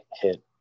hit